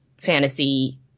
fantasy